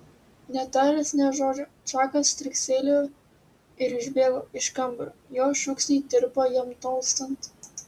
netaręs nė žodžio čakas stryktelėjo ir išbėgo iš kambario jo šūksniai tirpo jam tolstant